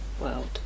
world